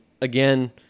again